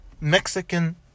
Mexican